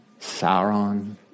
Sauron